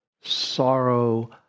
sorrow